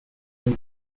and